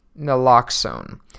naloxone